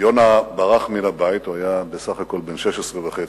יונה ברח מן הבית, הוא היה בסך הכול בן 16 וחצי,